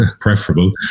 preferable